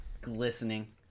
glistening